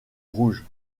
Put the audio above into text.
rouges